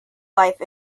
life